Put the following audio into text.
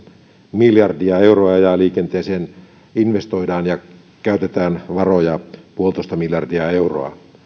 miljardia euroa ja liikenteeseen investoidaan ja käytetään varoja yksi pilkku viisi miljardia euroa